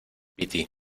piti